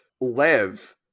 live